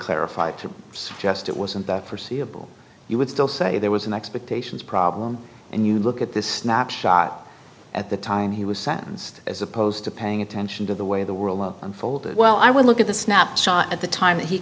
clarified to suggest it was in the forseeable you would still say there was an expectations problem and you look at this snapshot at the time he was sentenced as opposed to paying attention to the way the world unfolded well i would look at the snapshot at the time